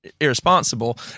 irresponsible